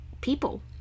People